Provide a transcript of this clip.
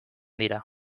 dira